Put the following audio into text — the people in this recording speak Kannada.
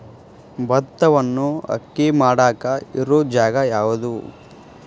ಭತ್ತವನ್ನು ಅಕ್ಕಿ ಮಾಡಾಕ ಇರು ಜಾಗ ಯಾವುದು?